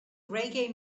reggae